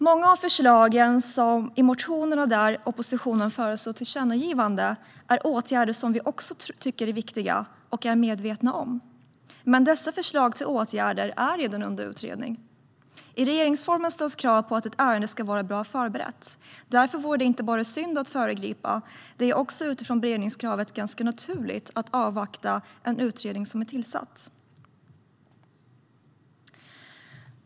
Många av förslagen i motionerna där oppositionen föreslår tillkännagivanden handlar om åtgärder som vi också tycker är viktiga och är medvetna om. Men dessa förslag till åtgärder är redan under utredning. I regeringsformen ställs krav på att ett ärende ska vara bra förberett. Därför vore det inte bara synd att föregripa. Det är också utifrån beredningskravet ganska naturligt att avvakta en utredning som är tillsatt.